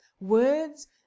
words